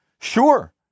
Sure